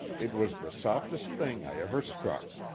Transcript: it was the softest thing i ever struck.